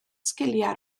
sgiliau